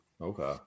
Okay